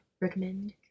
recommend